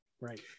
right